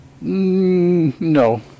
no